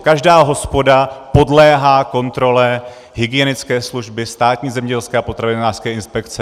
Každá hospoda podléhá kontrole hygienické služby, Státní zemědělské a potravinářské inspekce.